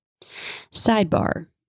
Sidebar